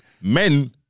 Men